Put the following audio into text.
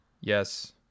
Yes